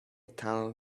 tunnel